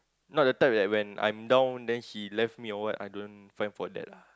not the type that when I'm down then she left me or what I don't fight for that lah